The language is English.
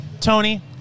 Tony